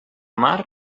mar